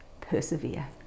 persevere